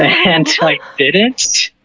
and i didn't.